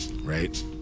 right